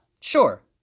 Sure